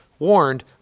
Warned